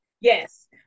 Yes